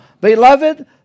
Beloved